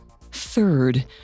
Third